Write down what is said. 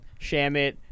Shamit